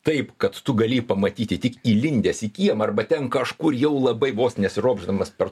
taip kad tu gali jį pamatyti tik įlindęs į kiemą arba ten kažkur jau labai vos nesiropšdamas per